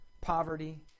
poverty